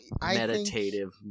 meditative